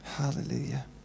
Hallelujah